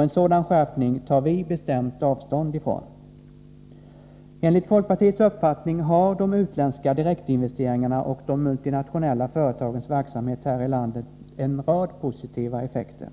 En sådan skärpning tar vi bestämt avstånd från. Enligt folkpartiets uppfattning har de utländska direktinvesteringarna och de multinationella företagens verksamhet här i landet en rad positiva effekter.